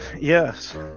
yes